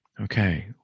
okay